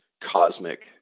cosmic